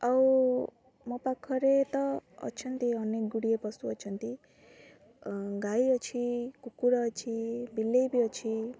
ଆଉ ମୋ ପାଖରେ ତ ଅଛନ୍ତି ଅନେକ ଗୁଡ଼ିଏ ପଶୁ ଅଛନ୍ତି ଗାଈ ଅଛି କୁକୁର ଅଛି ବିଲେଇ ବି ଅଛି